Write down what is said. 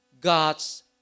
God's